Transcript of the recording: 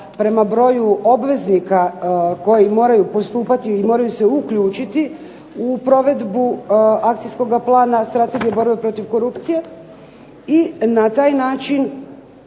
prema broju obveznika koji moraju postupati i moraju se uključiti u provedbu akcijskog plana Strategije borbe protiv korupcije i na taj način